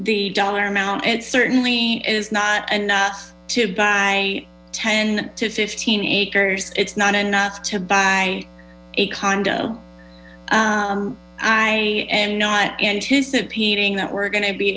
the dollar amount it certainly is not enough to buy ten to fifteen acres it's not enough to buy a condo i am not anticipating that we're going to be